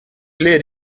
flehe